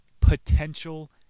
Potential